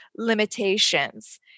limitations